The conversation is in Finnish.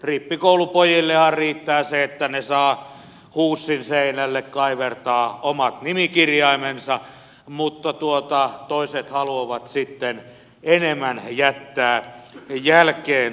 rippikoulupojillehan riittää se että he saavat huussin seinälle kaivertaa omat nimikirjaimensa mutta toiset haluavat sitten enemmän jättää jälkeensä